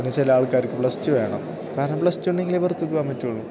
പിന്നെ ചില ആൾക്കാർക്ക് പ്ലസ് റ്റു വേണം കാരണം പ്ലസ് റ്റു ഉണ്ടങ്കിലേ പുറത്തോട്ടു പോകാൻ പറ്റുകയുള്ളൂ